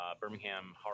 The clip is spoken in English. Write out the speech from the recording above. Birmingham